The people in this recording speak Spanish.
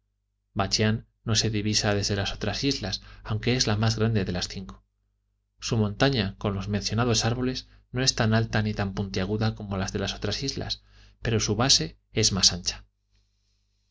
no se divisa desde las otras islas aunque es la más grande de las cinco su montaña con los mencionados árboles no es tan alta ni tan puntiaguda como las de las otras islas pero su base es más ancha